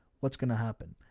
what's going to happen.